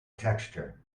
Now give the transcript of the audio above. texture